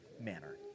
manner